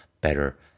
better